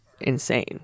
insane